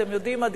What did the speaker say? אתם יודעים מה,